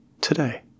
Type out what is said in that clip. today